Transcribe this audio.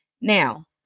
Now